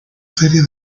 serie